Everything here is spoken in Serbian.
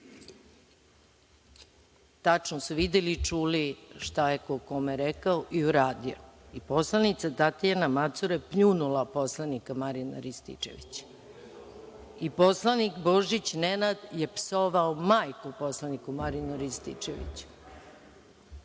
građani videli i čuli šta je ko i kome rekao i uradio. Poslanici Tatjana Macura je pljunula poslanika Marijana Rističevića. Poslanik Božić Nenad je psovao majku poslaniku Marijanu Rističeviću.